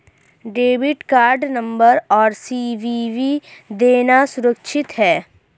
Debit card number और CVV देना सुरक्षित है?